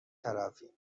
طرفیم